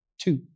Two